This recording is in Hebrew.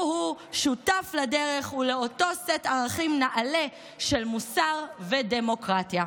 הוא-הוא שותף לדרך ולאותו סט ערכים נעלה של מוסר ודמוקרטיה.